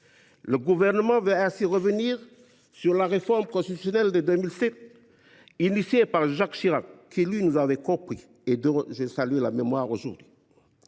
Le Gouvernement veut ainsi revenir sur la réforme constitutionnelle de 2007 engagée par Jacques Chirac qui, lui, nous avait compris et dont je salue la mémoire. Lors